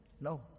No